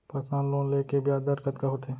Personal loan ले के ब्याज दर कतका होथे?